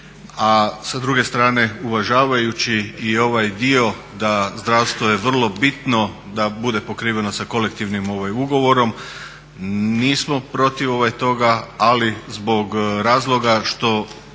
a sa druge strane uvažavajući i ovaj dio da zdravstvo je vrlo bitno da bude pokriveno sa kolektivnim ugovorom nismo protiv toga, ali zbog razloga što